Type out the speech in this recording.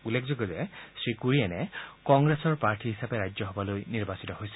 উল্লেখযোগ্য যে শ্ৰীকুৰিয়েন কংগ্ৰেছৰ প্ৰাৰ্থী হিচাপে ৰাজ্যসভালৈ নিৰ্বাচিত হৈছিল